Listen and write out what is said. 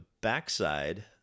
backside